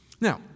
Now